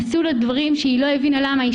עשו לה דברים שהיא לא הבינה למה.